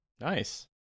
nice